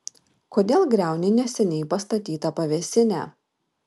kodėl griauni neseniai pastatytą pavėsinę